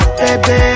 baby